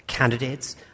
Candidates